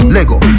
Lego